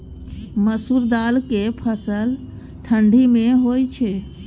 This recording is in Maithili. मसुरि दाल के फसल ठंडी मे होय छै?